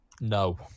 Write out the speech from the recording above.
No